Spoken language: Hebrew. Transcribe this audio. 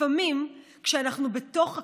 לפעמים, כשאנחנו בתוך הקושי,